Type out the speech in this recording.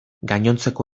gainontzeko